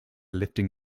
lifting